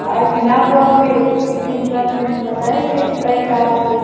आए के नाप वाप के उसी हिसाब से हम बताएँगे पैसा आपको